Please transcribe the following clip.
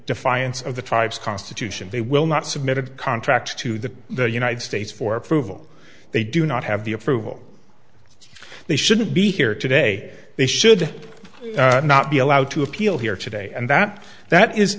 defiance of the tribes constitution they will not submitted contracts to the the united states for approval they do not have the approval they shouldn't be here today they should not be allowed to appeal here today and that that is